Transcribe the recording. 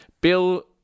Bill